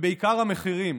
ובעיקר המחירים.